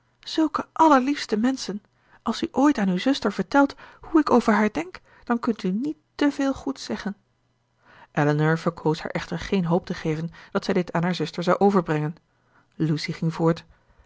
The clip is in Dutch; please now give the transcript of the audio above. zulke allerliefste menschen als u ooit aan uw zuster vertelt hoe ik over haar denk dan kunt u niet te veel goeds zeggen elinor verkoos haar echter geen hoop te geven dat zij dit aan haar zuster zou overbrengen lucy ging voort